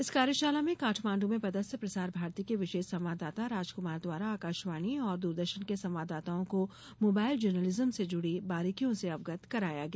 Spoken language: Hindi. इस कार्यशाला में काठमाण्डू में पदस्थ प्रसार भारती के विशेष संवाददाता राजकुमार द्वारा आकाशवाणी और दूरदर्शन के संवाददाताओं को मोबाइल जर्नलिज्म से जुड़ी बारीकियों से अवगत कराया गया